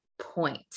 point